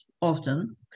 often